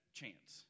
chance